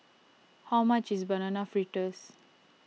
how much is Banana Fritters